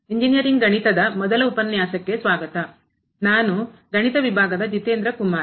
engineering ಗಣಿತದ ಮೊದಲ ಉಪನ್ಯಾಸಕ್ಕೆ ಸ್ವಾಗತ ನಾನು ಗಣಿತ ವಿಭಾಗದ ಜಿತೇಂದ್ರ ಕುಮಾರ್